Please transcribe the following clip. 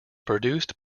produced